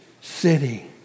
city